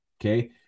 Okay